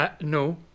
No